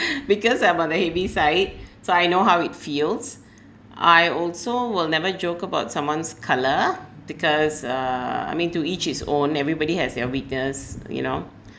because I'm on the heavy side so I know how it feels I also will never joke about someone's colour because uh I mean to each his own everybody has their weakness you know